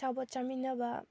ꯑꯆꯥꯄꯣꯠ ꯆꯥꯃꯤꯟꯅꯕ